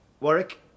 Warwick